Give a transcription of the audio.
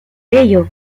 ello